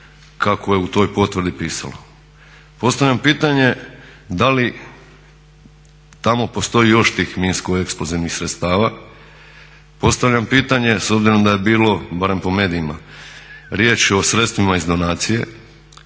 kako je u toj potvrdi pisalo. Postavljam pitanje da li tamo postoji još tih minsko-eksplozivnih sredstava. Postavljam pitanje s obzirom da je bilo, barem po medijima riječi o sredstvima iz donacije